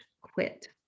Quit